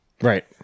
Right